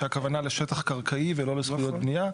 שהכוונה לשטח קרקעי ולא לזכויות בנייה.